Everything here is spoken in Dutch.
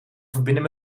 verbinden